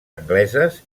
angleses